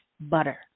butter